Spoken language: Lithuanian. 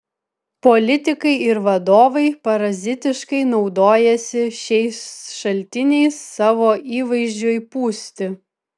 politikai ir vadovai parazitiškai naudojasi šiais šaltiniais savo įvaizdžiui pūsti